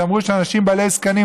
שאמרו שאנשים בעלי זקנים,